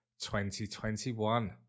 2021